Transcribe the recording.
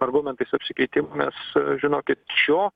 argumentais apsikeitėm mes žinokit šio